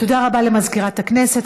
תודה רבה למזכירת הכנסת.